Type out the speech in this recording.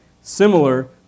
Similar